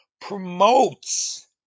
promotes